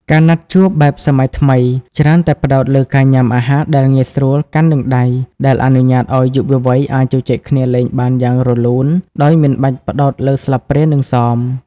ការណាត់ជួបបែបសម័យថ្មីច្រើនតែផ្ដោតលើការញ៉ាំអាហារដែលងាយស្រួលកាន់នឹងដៃ ដែលអនុញ្ញាតឱ្យយុវវ័យអាចជជែកគ្នាលេងបានយ៉ាងរលូនដោយមិនបាច់ផ្ដោតលើស្លាបព្រានិងសម។